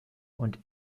und